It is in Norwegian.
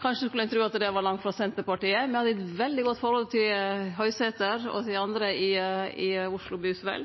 Kanskje skulle ein tru at det var langt frå Senterpartiet, men me har eit veldig godt forhold til Høisæther og dei andre i Oslo Byes Vel.